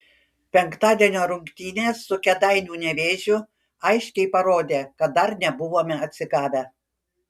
penktadienio rungtynės su kėdainių nevėžiu aiškiai parodė kad dar nebuvome atsigavę